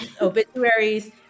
obituaries